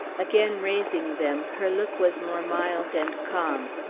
again raising them, her look was more mild and calm.